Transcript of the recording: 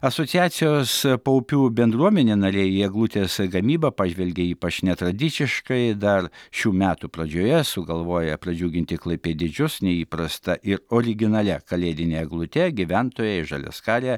asociacijos paupių bendruomenė nariai į eglutės gamybą pažvelgė ypač netradiciškai dar šių metų pradžioje sugalvoję pradžiuginti klaipėdiečius neįprasta ir originalia kalėdine eglute gyventojai žaliaskarę